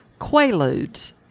quaaludes